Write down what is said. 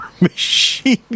machine